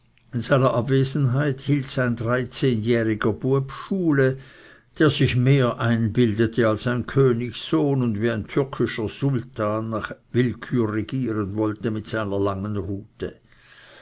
abwesenheit hielt sein dreizehnjähriger bueb schule der sich mehr einbildete als ein königssohn und wie ein türkischer sultan nach willkür regieren wollte mit seiner langen rute